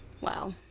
Wow